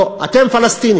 לא, אתם פלסטינים,